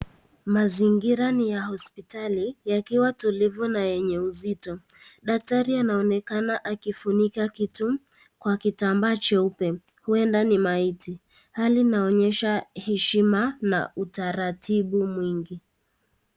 Mazingira ni ya hospitali yakiwa tulivu na yenye uzito. Daktari anaonekana akifunika kitu kwa kitambaa cheupe huenda ni maiti hali inaonyesha heshima na utaratibu mwingi.